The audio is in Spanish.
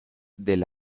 del